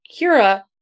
kira